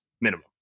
minimum